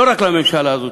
לא רק לממשלה הזאת,